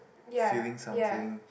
feeling something